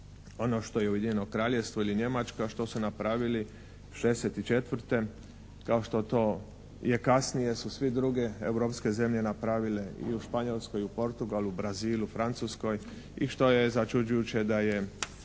ono što je Ujedinjeno Kraljevstvo ili Njemačka što su napravili '64., kao što to je kasnije su sve druge europske zemlje napravile i u Španjolskoj, Portugalu, Brazilu, Francuskoj i što je začuđujuće da je